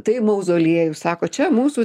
tai mauzoliejus sako čia mūsų